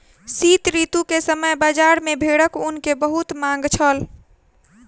शीत ऋतू के समय बजार में भेड़क ऊन के बहुत मांग छल